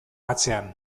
atzean